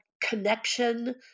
connection